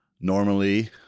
Normally